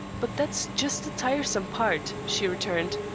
but that's just the tiresome part, she returned,